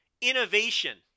innovation